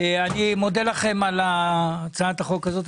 אני מודה לכם על הצעת החוק הזאת.